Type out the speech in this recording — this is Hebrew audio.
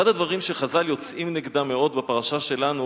אחד הדברים שחז"ל יוצאים נגדם מאוד בפרשה שלנו